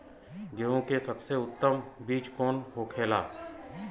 गेहूँ की सबसे उत्तम बीज कौन होखेला?